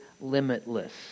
limitless